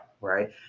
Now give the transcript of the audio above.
right